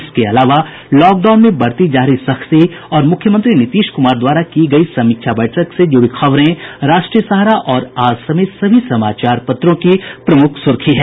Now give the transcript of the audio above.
इसके अलावा लॉकडाउन में बरती जा रही सख्ती और मुख्यमंत्री नीतीश कुमार द्वारा की गयी समीक्षा बैठक से जुड़ी खबरें राष्ट्रीय सहारा और आज समेत सभी समाचार पत्रों की प्रमुख सुर्खी है